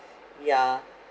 yeah